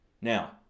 Now